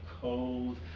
cold